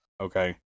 Okay